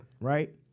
right